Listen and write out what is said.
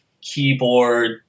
keyboard